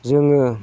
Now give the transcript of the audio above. जोङो